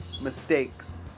mistakes